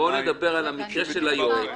בואו נדבר על המקרה של היועץ.